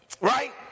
right